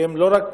שהן לא רק